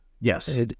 Yes